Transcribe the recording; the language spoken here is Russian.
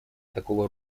такого